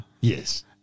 Yes